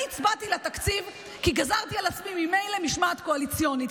אני הצבעתי לתקציב כי גזרתי על עצמי ממילא משמעת קואליציונית.